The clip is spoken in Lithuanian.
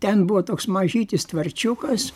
ten buvo toks mažytis tvarčiukas